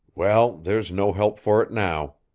well, there's no help for it now.